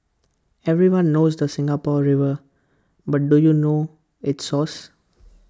everyone knows the Singapore river but do you know its source